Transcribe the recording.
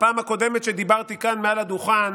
בפעם הקודמת שדיברתי כאן מעל הדוכן